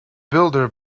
builder